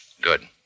Good